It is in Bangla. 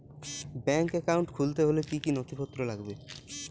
ব্যাঙ্ক একাউন্ট খুলতে হলে কি কি নথিপত্র লাগবে?